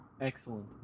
Excellent